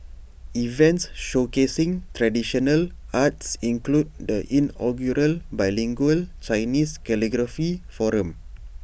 events showcasing traditional arts include the inaugural bilingual Chinese calligraphy forum